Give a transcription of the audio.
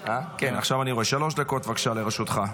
שלוש דקות, בבקשה, לרשותך.